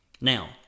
now